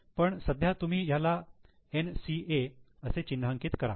पण सध्या तुम्ही याला 'NCA' असे चिन्हांकित करा